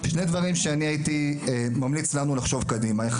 שני דברים שאני הייתי ממליץ לנו לחשוב קדימה,